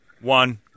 one